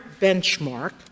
benchmark